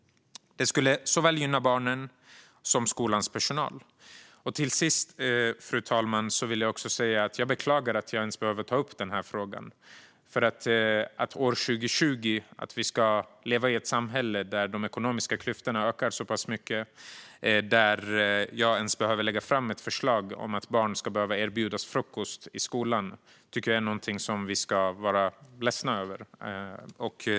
Det skulle gynna såväl barnen som skolans personal. Sist, fru talman, vill jag säga att jag beklagar att jag ens behöver ta upp den här frågan. Att vi år 2020 lever i ett samhälle där de ekonomiska klyftorna ökar så pass mycket att jag behöver lägga fram ett förslag om att barn ska erbjudas frukost i skolan tycker jag är något som vi ska vara ledsna över.